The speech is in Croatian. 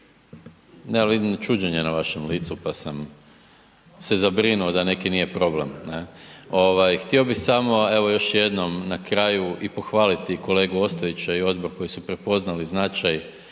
ali vidim čuđenje na vašem licu pa sam se zabrinuo da neki nije problem, ne. Ovaj, htio samo evo još jednom na kraju i pohvaliti kolegu Ostojića i odbor koji su prepoznali značaj